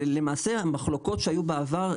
למעשה המחלוקות שהיו בעבר,